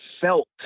felt